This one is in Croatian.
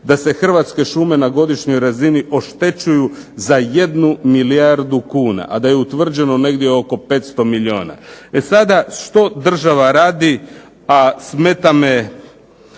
da se Hrvatske šume na godišnjoj razini oštećuju za 1 milijardu kuna, a da je utvrđeno negdje oko 500 milijuna. E sada, što država radi, a smeta me